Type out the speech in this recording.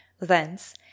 Thence